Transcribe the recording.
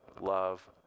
love